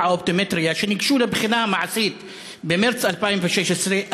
האופטומטריה שניגשו לבחינה המעשית במרס 2016,